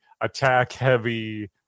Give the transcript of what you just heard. attack-heavy